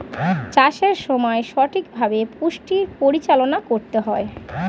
চাষের সময় সঠিকভাবে পুষ্টির পরিচালনা করতে হয়